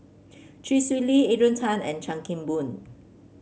Chee Swee Lee Adrian Tan and Chan Kim Boon